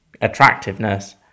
attractiveness